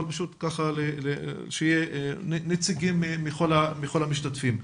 אבל פשוט שיהיה נציגים מכל המשתתפים.